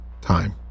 time